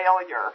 failure